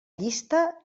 llista